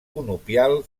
conopial